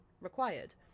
required